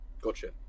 Gotcha